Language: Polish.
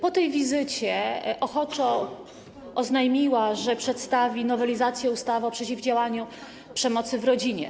Po tej wizycie ochoczo oznajmiła, że przedstawi nowelizację ustawy o przeciwdziałaniu przemocy w rodzinie.